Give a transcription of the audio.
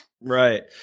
Right